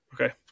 Okay